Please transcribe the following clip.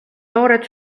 noored